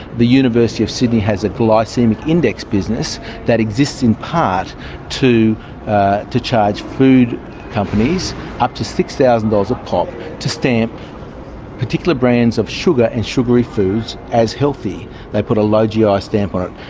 the university of sydney has a glycaemic index business that exists in part to to charge food companies up to six thousand dollars a pop to stamp particular brands of sugar and sugary foods as healthy. they put a low gi ah stamp on it.